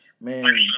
Man